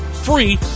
Free